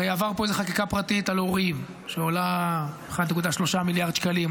הרי עברה פה איזו חקיקה פרטית על הורים שעולה 1.3 מיליארד שקלים,